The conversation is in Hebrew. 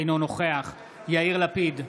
אינו נוכח יאיר לפיד,